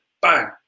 Bang